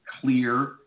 clear